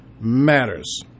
matters